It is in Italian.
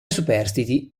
superstiti